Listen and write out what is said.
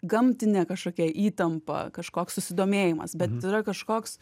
gamtinė kažkokia įtampa kažkoks susidomėjimas bet yra kažkoks